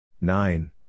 Nine